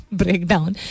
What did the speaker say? breakdown